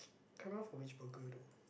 can't remember for which burger though